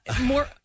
more